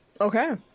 okay